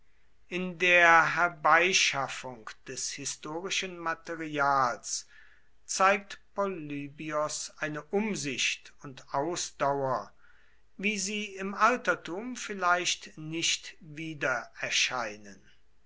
in der herbeischaffung des historischen materials zeigt polybios eine umsicht und ausdauer wie sie im altertum vielleicht nicht wiedererscheinen